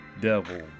devil